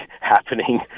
happening